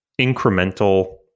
incremental